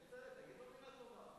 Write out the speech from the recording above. תגיד לו מלה טובה.